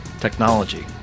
Technology